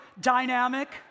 dynamic